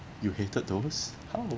you hated those how